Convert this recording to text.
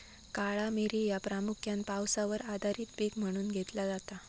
काळा मिरी ह्या प्रामुख्यान पावसावर आधारित पीक म्हणून घेतला जाता